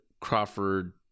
Crawford